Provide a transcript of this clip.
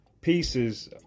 pieces